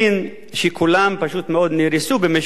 שכולם פשוט מאוד נהרסו במשך השנים,